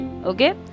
okay